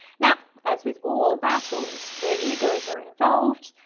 now. as with all battles where egos are involved,